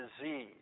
disease